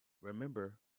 Remember